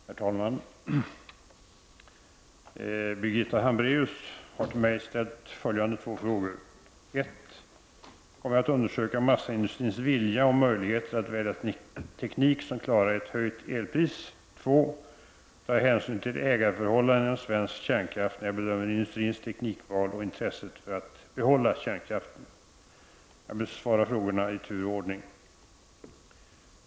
Herr talman! Birgitta Hambraeus har till mig ställt följande två frågor: 1. Kommer jag att undersöka massaindustrins vilja och möjligheter att välja teknik som klarar ett höjt elpris? 2. Tar jag hänsyn till ägarförhållandena inom svensk kärnkraft när jag bedömer industrins teknikval och intresset av att behålla kärnkraften? Jag besvarar frågorna i tur och ordning.